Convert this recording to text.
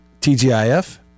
TGIF